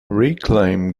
reclaim